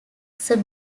sir